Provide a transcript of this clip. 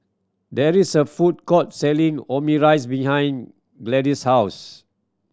there is a food court selling Omurice behind Gladyce's house